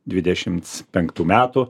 dvidešims penktų metų